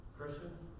Christians